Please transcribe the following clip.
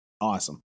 awesome